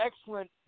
excellent